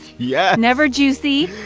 yeah never juicy,